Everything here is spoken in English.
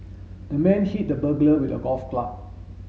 the man hit the burglar with a golf club